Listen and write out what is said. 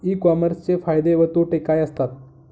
E कॉमर्सचे फायदे व तोटे काय असतात?